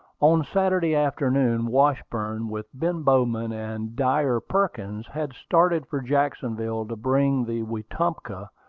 on saturday afternoon, washburn, with ben bowman and dyer perkins, had started for jacksonville to bring the wetumpka,